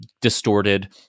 distorted